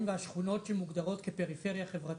והשכונות שמוגדרות כפריפריה חברתית,